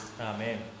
Amen